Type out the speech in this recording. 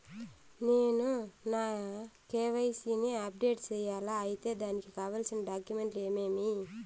నేను నా కె.వై.సి ని అప్డేట్ సేయాలా? అయితే దానికి కావాల్సిన డాక్యుమెంట్లు ఏమేమీ?